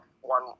one